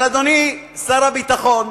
אבל, אדוני שר הביטחון,